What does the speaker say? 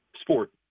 Sport